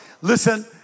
Listen